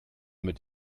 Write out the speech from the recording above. mit